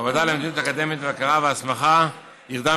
הוועדה למדיניות אקדמית והכרה והסמכה ייחדה